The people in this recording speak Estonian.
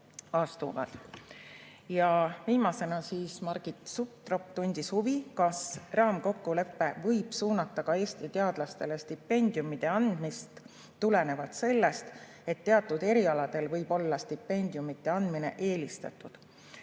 Ja viimasena tundis Margit Sutrop huvi, kas raamkokkulepe võib suunata ka Eesti teadlastele stipendiumide andmist tulenevalt sellest, et teatud erialadel võib olla stipendiumide andmine eelistatud.